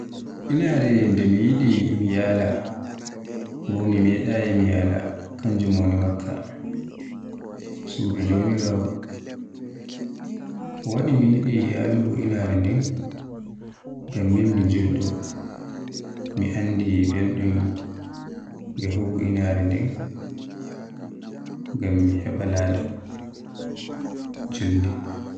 Inaare nden mi yiɗi mi yaala bo mi medaayi mi yaala kanjum woni Makka, suudu jomiraawo. Ko wadi mi yiɗi yaluugo inaare nden ngam mim mi juldo, mi anndi beldum ya Hugo inaare nden. Ngam mi heba lada julnde